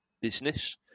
business